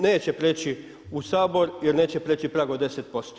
Neće preći u Sabor jer neće priječi prag od 10%